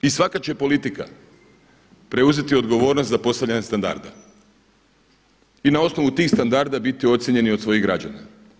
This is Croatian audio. I svaka će politika preuzeti odgovornost za postavljanje standarda i na osnovu tih standarda biti ocijenjeni od svojih građana.